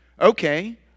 Okay